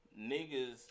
niggas